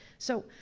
so,